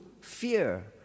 fear